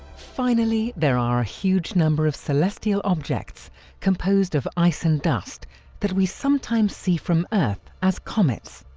finally, there are a huge number of celestial objects composed of ice and dust that we sometimes see from earth as comets.